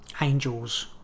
angels